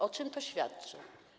O czym to świadczy?